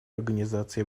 организации